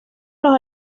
los